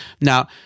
Now